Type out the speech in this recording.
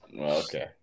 Okay